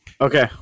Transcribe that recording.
Okay